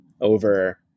over